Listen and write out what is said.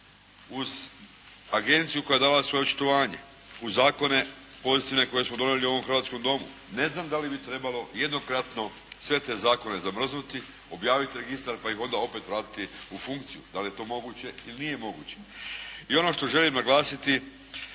uz agenciju koja je dala svoje očitovanje, uz zakone koje smo donijeli u ovom Hrvatskom domu ne znam da li bi trebalo jednokratno sve te zakone zamrznuti, objaviti registar pa ih onda opet vratiti u funkciju. Da li je to moguće ili nije moguće? I ono što želim naglasiti